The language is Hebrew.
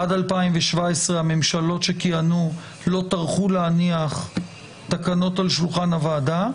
עד 2017 הממשלות שכיהנו לא טרחו להניח תקנות על שולחן הוועדה,